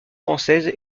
française